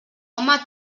home